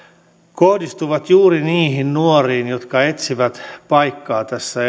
kohdistuvat juuri niihin nuoriin jotka etsivät paikkaa tässä